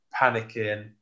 panicking